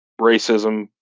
racism